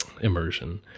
immersion